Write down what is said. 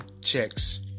checks